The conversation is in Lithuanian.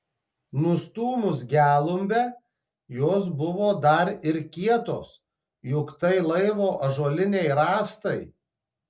nustūmus gelumbę jos buvo dar ir kietos juk tai laivo ąžuoliniai rąstai